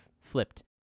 flipped